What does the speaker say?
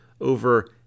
over